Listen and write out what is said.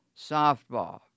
Softball